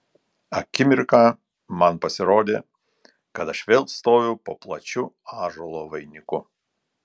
akimirką man pasirodė kad aš vėl stoviu po plačiu ąžuolo vainiku